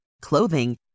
clothing